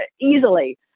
easily